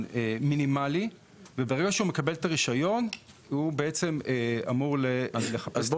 מינימלי וברגע שהוא מקבל את הרישיון הוא אמור לחפש עבודה.